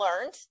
learned